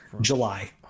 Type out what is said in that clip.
july